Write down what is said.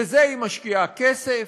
בזה היא משקיעה כסף,